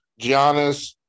Giannis